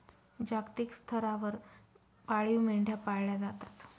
जागतिक स्तरावर पाळीव मेंढ्या पाळल्या जातात